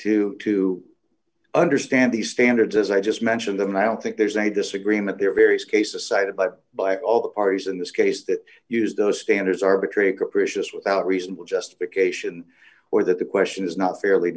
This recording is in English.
to to understand these standards as i just mentioned them i don't think there's a disagreement there are various cases cited but by all the parties in this case that use those standards arbitrary capricious without reasonable justification or that the question is not fairly